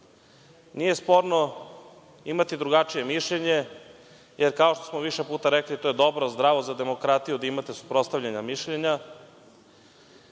nije sporno imati drugačije mišljenje jer, kao što smo više puta rekli, to je dobro, zdravo za demokratiju da imate suprotstavljena mišljenja.